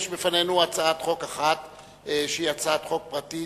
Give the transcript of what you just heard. יש בפנינו הצעת חוק שהיא הצעת חוק פרטית.